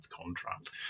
contract